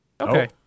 Okay